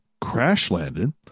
crash-landed